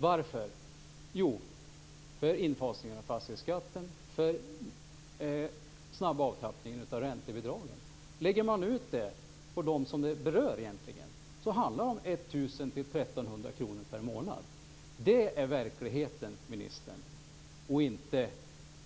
Varför? Jo, på grund av infasningen av fastighetsskatten och på grund av den snabba avtrappningen av räntebidragen. Lägger man ut detta på dem som det egentligen berör handlar det om 1 000-1 300 kr per månad. Det är verkligheten, ministern - inte